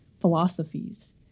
philosophies